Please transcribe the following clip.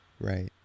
right